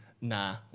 nah